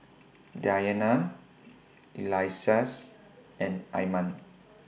Dayana Elyas and Iman